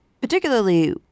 Particularly